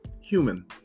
Human